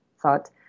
thought